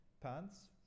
pants